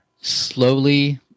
slowly